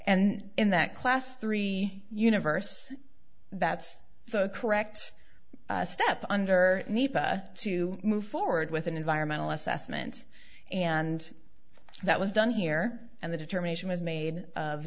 and in that class three universe that's correct step under nepa to move forward with an environmental assessment and that was done here and the determination was made